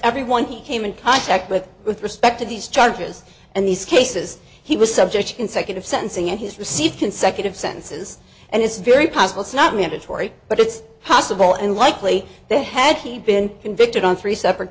everyone he came in contact with with respect to these charges and these cases he was subject consecutive sentencing and his received consecutive sentences and it's very possible so not mandatory but it's possible and likely that had he been convicted on three separate